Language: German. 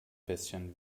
bisschen